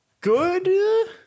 good